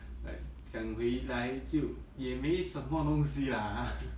like 讲回来就也没什么东西 lah !huh! to you